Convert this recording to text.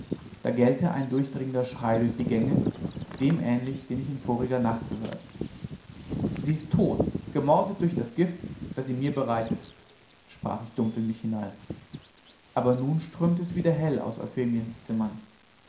da gellte ein durchdringender schrei durch die gänge dem ähnlich den ich in voriger nacht gehört sie ist tot gemordet durch das gift das sie mir bereitet sprach ich dumpf in mich hinein aber nun strömte es wieder hell aus euphemiens zimmern